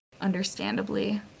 understandably